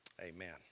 amen